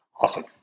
awesome